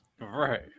Right